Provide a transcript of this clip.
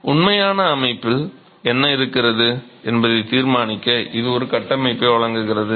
உண்மையான அமைப்பில் என்ன இருக்கிறது என்பதைத் தீர்மானிக்க இது ஒரு கட்டமைப்பை வழங்குகிறது